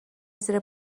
زیر